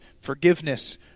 forgiveness